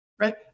Right